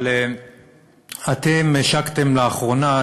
אבל אתם השקתם לאחרונה,